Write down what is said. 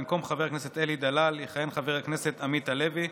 במקום חבר הכנסת אלי דלל יכהן חבר הכנסת עמית הלוי,